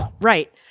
Right